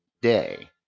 Day